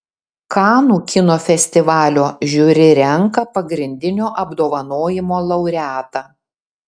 kanų kino festivalio žiuri renka pagrindinio apdovanojimo laureatą